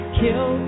kill